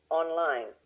online